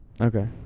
Okay